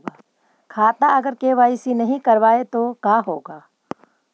खाता अगर के.वाई.सी नही करबाए तो का होगा?